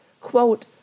quote